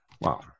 Wow